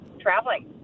traveling